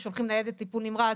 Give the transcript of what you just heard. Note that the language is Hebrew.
הם שולחים ניידת טיפול נמרץ,